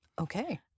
Okay